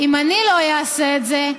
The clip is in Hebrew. אם אני לא אעשה את זה,